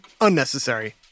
unnecessary